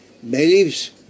beliefs